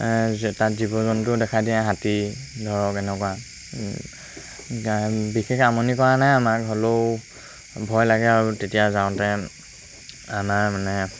তাত জীৱ জন্তুও দেখাই দিয়ে হাতী ধৰক এনেকুৱা বিশেষ আমনি কৰা নাই আমাৰ হ'লেও ভয় লাগে আৰু তেতিয়া যাওঁতে আমাৰ মানে